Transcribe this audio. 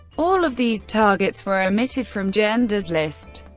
all of these targets were omitted from genda's list,